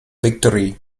victory